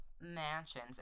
mansions